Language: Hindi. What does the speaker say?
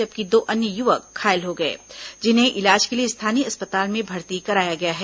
जबकि दो अन्य युवक घायल हो गए जिन्हें इलाज के लिए स्थानीय अस्पताल में भर्ती कराया गया है